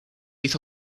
hizo